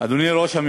אדוני ראש הממשלה,